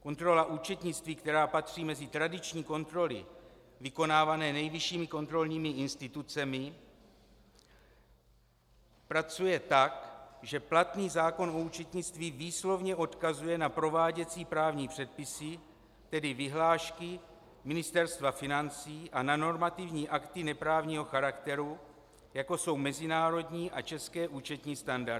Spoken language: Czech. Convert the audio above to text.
Kontrola účetnictví, která patří mezi tradiční kontroly vykonávané nejvyššími kontrolními institucemi, pracuje tak, že platný zákon o účetnictví výslovně odkazuje na prováděcí právní předpisy, tedy vyhlášky Ministerstva financí, a na normativní akty neprávního charakteru, jako jsou mezinárodní a české účetní standardy.